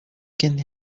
can